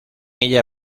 ella